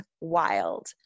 wild